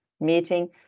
meeting